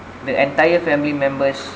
the entire family members